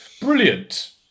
Brilliant